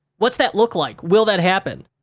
what's that look like? will that happen?